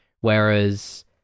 whereas